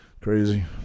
Crazy